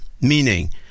meaning